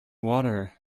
water